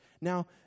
Now